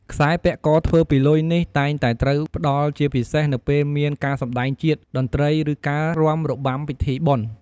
ខ្សែពាក់កធ្វើពីលុយនេះតែងតែត្រូវផ្តល់ជាពិសេសនៅពេលមានការសម្តែងជាតិ តន្ត្រី ឬការរាំរបាំពិធីបុណ្យ។